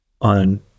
on